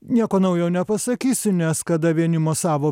nieko naujo nepasakysiu nes kada vieni mosavo